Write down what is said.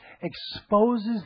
exposes